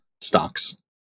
stocks